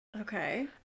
Okay